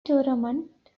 tournament